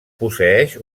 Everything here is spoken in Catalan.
posseeix